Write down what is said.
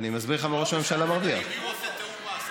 אם הוא עושה תיאום מס,